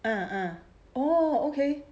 ah ah oh okay